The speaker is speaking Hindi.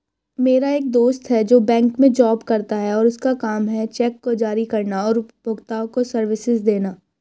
मेरा एक दोस्त है जो बैंक में जॉब करता है और उसका काम है चेक को जारी करना और उपभोक्ताओं को सर्विसेज देना